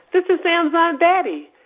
this is sam's aunt betty.